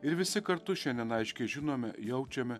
ir visi kartu šiandien aiškiai žinome jaučiame